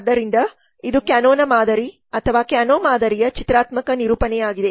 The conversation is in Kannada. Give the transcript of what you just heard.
ಆದ್ದರಿಂದ ಇದು ಕ್ಯಾನೊನ ಮಾದರಿ ಅಥವಾ ಕ್ಯಾನೊ ಮಾದರಿಯ ಚಿತ್ರಾತ್ಮಕ ನಿರೂಪಣೆಯಾಗಿದೆ